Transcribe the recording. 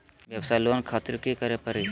वयवसाय लोन खातिर की करे परी?